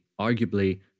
arguably